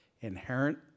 inherent